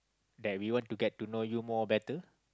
that we want to get to know you more better